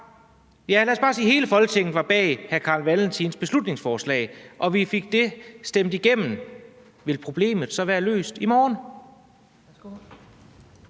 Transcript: men lad os nu antage, at hele Folketinget var bag hr. Carl Valentins beslutningsforslag og vi fik det stemt igennem: Ville problemet så være løst i morgen?